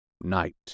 Night